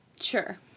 Sure